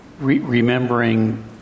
remembering